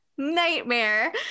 nightmare